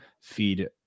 feed